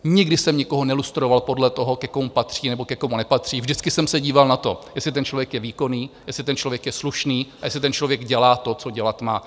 Nikdy jsem nikoho nelustroval podle toho, ke komu patří nebo ke komu nepatří, vždycky jsem se díval na to, jestli ten člověk je výkonný, jestli ten člověk je slušný a jestli ten člověk dělá to, co dělat má.